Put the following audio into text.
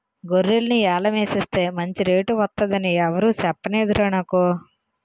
గొర్రెల్ని యాలం ఎసేస్తే మంచి రేటు వొత్తదని ఎవురూ సెప్పనేదురా నాకు